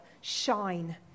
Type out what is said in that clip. Shine